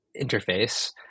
interface